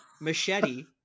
Machete